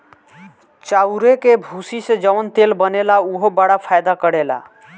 चाउरे के भूसी से जवन तेल बनेला उहो बड़ा फायदा करेला